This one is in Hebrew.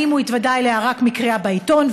האם הוא התוודע אליה רק מקריאה בעיתון?